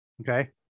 Okay